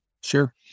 Sure